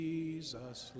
Jesus